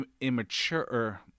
immature